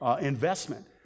investment